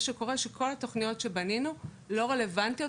מה שקורה הוא שכל התוכניות שבנינו לא רלוונטיות,